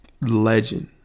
legend